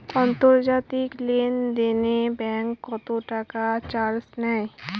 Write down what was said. আন্তর্জাতিক লেনদেনে ব্যাংক কত টাকা চার্জ নেয়?